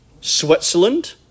Switzerland